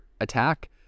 attack